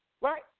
Right